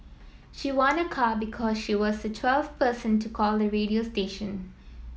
she won a car because she was the twelfth person to call the radio station